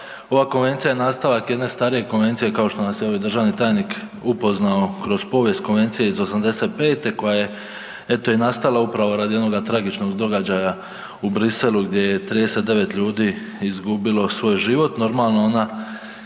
Ova konvencija je nastavak jedne starije konvencije kao što nas je ovdje državni tajnik upoznao kroz povijest konvencije iz '85. koja je eto i nastala upravo radi onoga tragičnog događaja u Briselu gdje je 39 ljudi izgubilo svoj život.